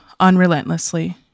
unrelentlessly